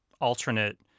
alternate